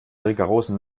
rigorosen